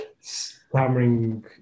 stammering